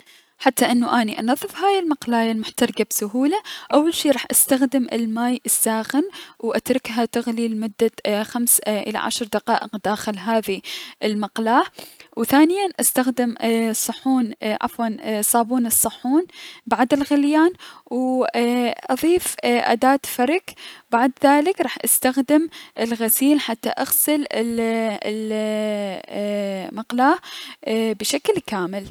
حتى انو اني انظف هاي المقلاية المحتركة بشهولة، اول شي راح استخدم الماي الساخن و اتركها تغلي لمدة تقريبا خمس لعشر دقائق داخل هذي المقلاه، و ثانيا استخدم صحون اي- عفوا صابون الصحون بعد الغليان و اي اضيف اي اداة فرك بعد ذلك راح استخدم الغسيل حتى اغسل ال ال- اي اي- المقلاه بشكل كامل.